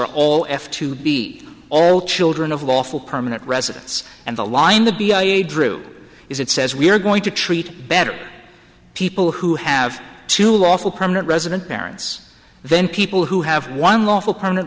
are all f to be all children of lawful permanent residents and the line the b a drew is it says we're going to treat better people who have to lawful permanent resident parents then people who have one lawful permanent